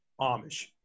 Amish